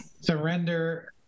Surrender